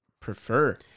prefer